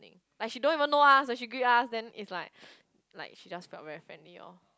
like she don't even know us and she greet us then it's like like she just got very friendly loh